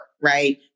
right